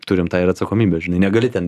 turim tą ir atsakomybę žinai negali ten